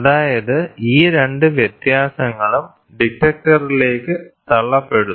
അതായത് ഈ രണ്ട് വ്യത്യാസങ്ങളും ഡിറ്റക്ടറിലേക്ക് തള്ളപ്പെടുന്നു